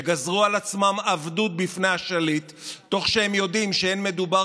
שגזרו על עצמם עבדות בפני השליט תוך שהם יודעים שאין מדובר